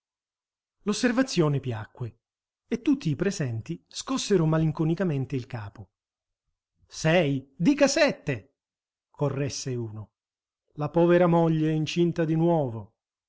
l'osservazione piacque e tutti i presenti scossero malinconicamente il capo sei dica sette corresse uno la povera moglie è incinta di nuovo